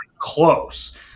close